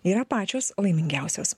yra pačios laimingiausios